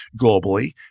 globally